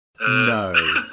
no